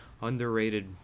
underrated